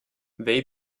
they